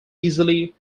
easily